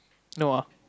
no ah